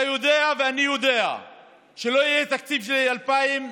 אתה יודע ואני יודע שלא יהיה תקציב ל-2021.